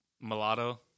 Mulatto